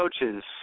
coaches –